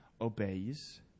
obeys